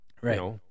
Right